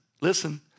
listen